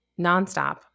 nonstop